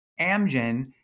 Amgen